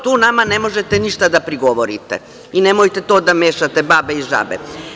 Tu nama ne možete ništa da prigovorite i nemojte da mešate babe i žabe.